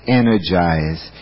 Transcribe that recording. energize